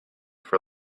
for